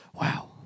Wow